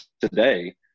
today